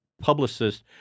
publicist